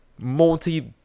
multi